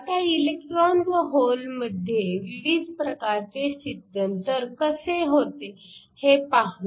आता इलेक्ट्रॉन व होल मध्ये विविध प्रकारचे स्थित्यंतर कसे होतात ते पाहू